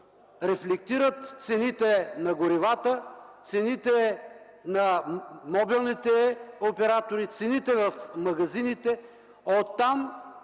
рефлектират цените на горивата, цените на мобилните оператори, цените в магазините, оттам